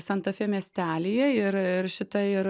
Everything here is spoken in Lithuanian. santa fe miestelyje ir ir šita ir